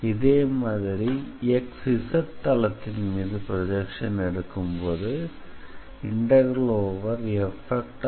இதே மாதிரி xz தளத்தின் மீது ப்ரொஜெக்சன் எடுக்கும்போது SF